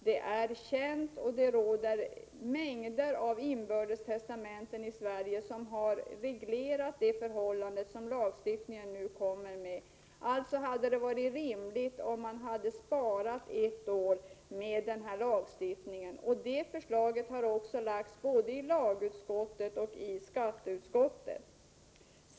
Den är känd, och det finns en mängd inbördes testamenten i Sverige som har reglerat de förhållanden som lagstiftningen nu kommer att omfatta. Det hade alltså varit rimligt att vänta ett år med den här lagstiftningen — och det förslaget har också framlagts både i lagutskottet och i skatteutskottet.